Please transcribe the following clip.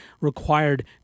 required